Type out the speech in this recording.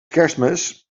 kerstmis